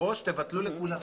או תבטלו לכולם.